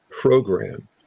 program